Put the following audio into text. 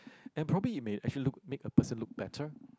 and probably it may actually look make a person look better